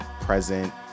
present